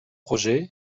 projet